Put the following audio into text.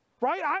right